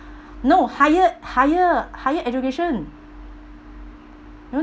no higher higher higher education no